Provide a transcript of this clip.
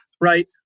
right